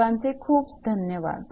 सर्वांचे धन्यवाद